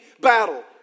battle